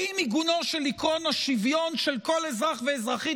האם עיגונו של עקרון השוויון של כל אזרח ואזרחית